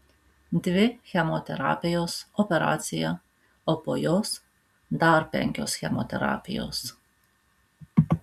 dvi chemoterapijos operacija o po jos dar penkios chemoterapijos